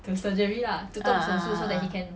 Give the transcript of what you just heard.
ah ah ah